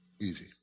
Easy